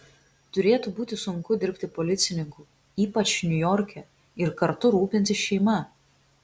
turėtų būti sunku dirbti policininku ypač niujorke ir kartu rūpintis šeima